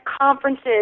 conferences